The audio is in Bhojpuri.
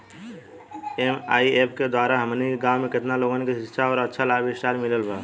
ए.आई.ऐफ के द्वारा हमनी के गांव में केतना लोगन के शिक्षा और अच्छा लाइफस्टाइल मिलल बा